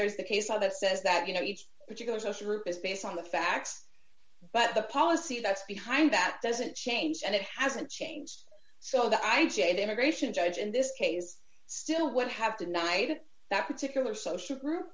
there is a case on that says that you know each particular social group is based on the facts but the policy that's behind that doesn't change and it hasn't changed so that i j the immigration judge in this case still would have to night at that particular social group